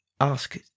Ask